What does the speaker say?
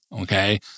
okay